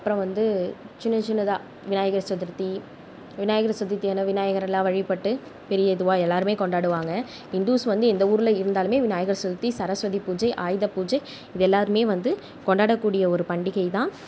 அப்புறம் வந்து சின்ன சின்னதாக விநாயகர் சதுர்த்தி விநாயகர் சதுர்த்தி விநாயகர்லாம் வழிபட்டு பெரிய இதுவாக எல்லாருமே கொண்டாடுவாங்க இந்துஸ் வந்து எந்த ஊரில் இருந்தாலுமே விநாயகர் சதுர்த்தி சரஸ்வதி பூஜை ஆயுத பூஜை இது எல்லாருமே வந்து கொண்டாடக்கூடிய ஒரு பண்டிகை தான்